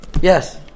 Yes